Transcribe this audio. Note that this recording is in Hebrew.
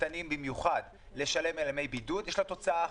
קטנים במיוחד לשלם על ימי בידוד יש לה תוצאה אחת: